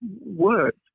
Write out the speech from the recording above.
words